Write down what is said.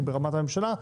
הוא ברמת הממשלה.